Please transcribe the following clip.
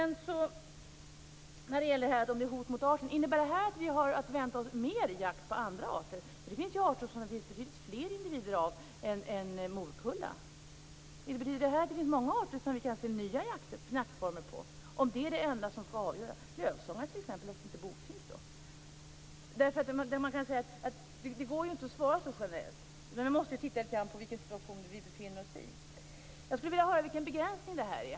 När det gäller om det är ett hot mot arten undrar jag om detta innebär att vi har att vänta oss mer jakt på andra arter. Det finns ju arter som det finns betydligt fler individer av än morkulla. Betyder det att det finns många arter för vilka vi kan se nya jaktformer? Varför i så fall inte tillåta jakt på t.ex. lövsångare eller bofink? Det går ju inte att svara så generellt, utan vi måste titta litet grand på den situation som vi befinner oss i. Jag skulle vilja höra litet om begränsningen.